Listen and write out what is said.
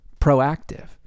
proactive